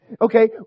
Okay